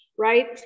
right